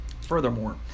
Furthermore